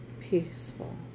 peaceful